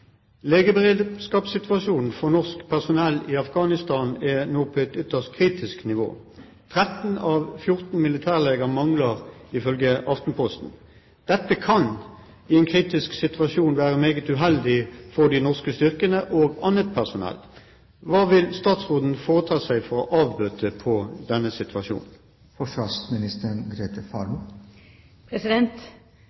for norsk personell i Afghanistan er nå på et ytterst kritisk nivå. 13 av 24 militærleger mangler, ifølge Aftenposten. Dette kan i en kritisk situasjon være meget uheldig for de norske styrkene og annet personell. Hva vil statsråden foreta seg for å avbøte på denne